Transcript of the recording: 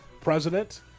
president